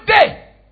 day